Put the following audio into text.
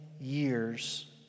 years